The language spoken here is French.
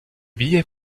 billets